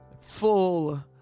full